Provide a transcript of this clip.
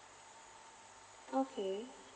okay